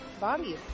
Bobby